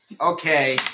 Okay